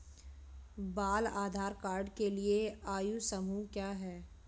बाल आधार कार्ड के लिए आयु समूह क्या है?